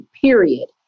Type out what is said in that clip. Period